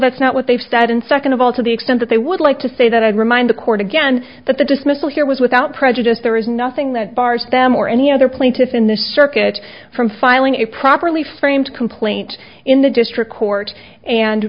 that's not what they've said and second of all to the extent that they would like to say that i remind the court again that the dismissal here was without prejudice there is nothing that bars them or any other plaintiffs in the circuit from filing a properly framed complaint in the district court and